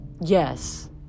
Yes